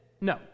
no